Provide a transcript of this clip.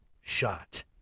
shot